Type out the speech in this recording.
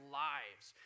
lives